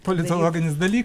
politologinis dalykas